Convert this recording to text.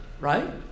Right